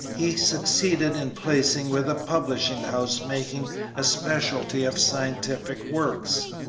he succeeded in placing with a publishing house making a specialty of scientific works.